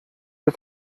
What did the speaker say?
der